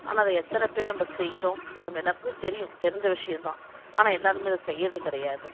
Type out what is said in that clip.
ஆனால் அது எத்தனை பேர் நம்ப செய்யறோம் இது நம்ம எல்லாருக்குமே தெரியும் தெரிஞ்ச விஷயந்தான் ஆனால் எல்லோருமே அதை செய்யுறது கிடையாது